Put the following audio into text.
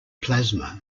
plasma